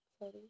sorry